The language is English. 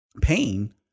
pain